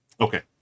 okay